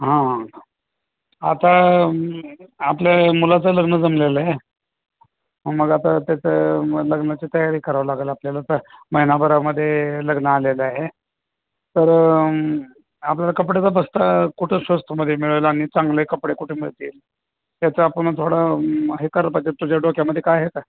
हां आता आपल्या मुलाचं लग्न जमलेलं आहे मग हां आता त्याचं लग्नाची तयारी करावं लागेल आपल्याला तर महिनाभरामध्ये लग्न आलेलं आहे तर आपल्याला कपड्याचा बस्ता कुठं स्वस्तमध्ये मिळेल आणि चांगले कपडे कुठे मिळतील त्याचं आपण थोडं हे करा पाहिजे तुझ्या डोक्यामध्ये काय आहे का